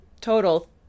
total